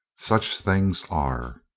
such things are.